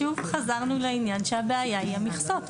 שוב חזרנו לעניין שהבעיה היא המכסות.